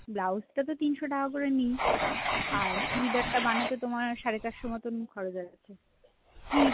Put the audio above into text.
ব্লাউজটা তো তিনশো টাকা করে নিই আর চুড়িদারটা বানাতে তোমার সাড়ে চারশো মতোন খরচ আছে কী